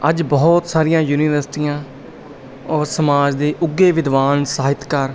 ਅੱਜ ਬਹੁਤ ਸਾਰੀਆਂ ਯੂਨੀਵਰਸਿਟੀਆਂ ਉਹ ਸਮਾਜ ਦੇ ਉੱਘੇ ਵਿਦਵਾਨ ਸਾਹਿਤਕਾਰ